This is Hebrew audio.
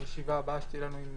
בישיבה הבאה שתהיה לנו עם